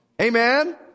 amen